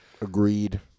agreed